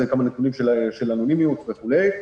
זה נתונים של אנונימיות וכולי.